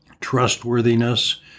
trustworthiness